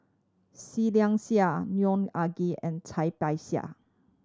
Seah Liang Seah Neo Anngee and Cai Bixia